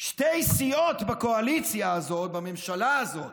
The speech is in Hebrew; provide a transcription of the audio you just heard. שתי סיעות בקואליציה הזאת, בממשלה הזאת,